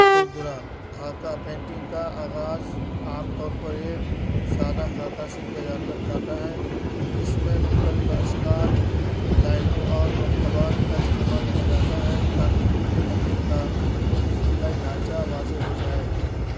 کھردرا خاکہ پینٹنگ کا آغاز عام طور پر ایک سادہ خاکہ سے کیا جاتا جاتا ہے اس میں مختلف اشکال لائنوں اور مرکبات کا استعمال کیا جاتا ہے تاکہ پورے منظر کا ابتدائی ڈھانچا واضح ہو جائے